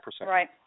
Right